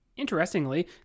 Interestingly